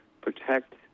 protect